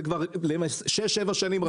כך כבר שש שבע שנים ברצף.